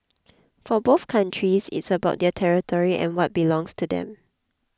for both countries it's about their territory and what belongs to them